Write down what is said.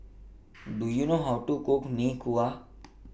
Do YOU know How to Cook Mee Kuah